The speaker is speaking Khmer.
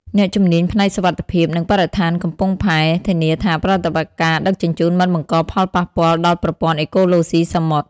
អ្នកជំនាញផ្នែកសុវត្ថិភាព និងបរិស្ថានកំពង់ផែ ធានាថាប្រតិបត្តិការដឹកជញ្ជូនមិនបង្កផលប៉ះពាល់ដល់ប្រព័ន្ធអេកូឡូស៊ីសមុទ្រ។